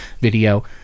video